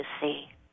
see